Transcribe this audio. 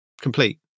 complete